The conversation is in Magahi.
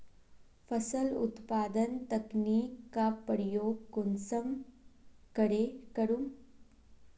फसल उत्पादन तकनीक का प्रयोग कुंसम करे करूम?